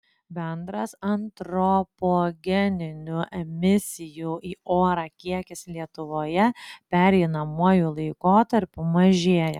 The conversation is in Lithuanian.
bendras antropogeninių emisijų į orą kiekis lietuvoje pereinamuoju laikotarpiu mažėja